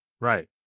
Right